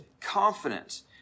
confidence